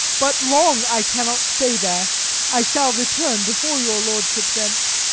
but long i cannot stay there i shall return before your lordship thence.